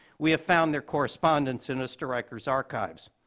we have found their correspondence in oesterreicher's archives.